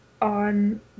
On